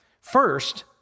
First